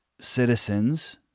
citizens